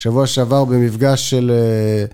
שבוע שעבר במפגש של